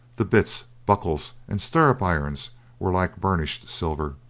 the bits, buckles, and stirrup-irons were like burnished silver.